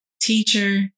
teacher